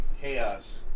Chaos